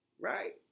Right